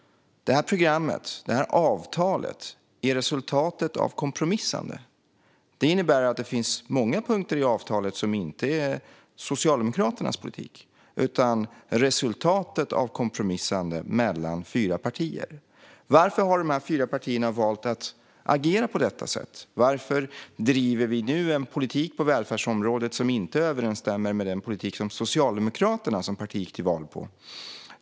Detta program eller avtal är resultatet av kompromissande. Detta innebär att det finns många punkter i avtalet som inte är Socialdemokraternas politik utan resultatet av kompromissande mellan fyra partier. Varför har då de fyra partierna valt att agera på detta sätt? Varför driver vi nu en politik på välfärdsområdet som inte överensstämmer med den politik som Socialdemokraterna som parti gick till val på?